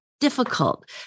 difficult